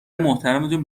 محترمتون